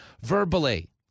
verbally